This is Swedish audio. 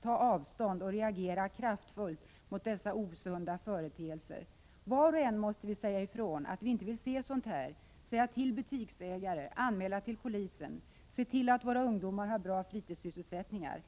ta avstånd från och reagera kraftfullt mot dessa osunda företeelser. Var och en av oss måste säga ifrån att vi inte vill se sådant här, säga till butiksägare, anmäla till polisen, se till att våra ungdomar har bra fritidssysselsättningar.